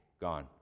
gone